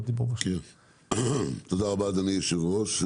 תודה רבה, אדוני היושב-ראש.